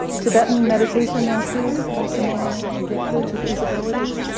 tibetan meditation masters are similarly gifted with these abilities,